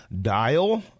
dial